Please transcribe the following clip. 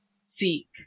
seek